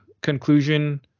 conclusion